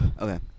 Okay